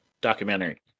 documentary